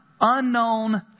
unknown